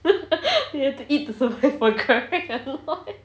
you have to eat to survive [what] correct or not